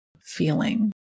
feeling